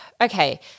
okay